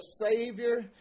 Savior